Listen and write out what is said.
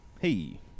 Hey